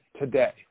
today